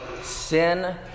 sin